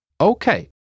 Okay